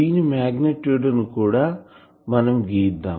దీని మాగ్నిట్యూడ్ ని కూడా మనం గీద్దాం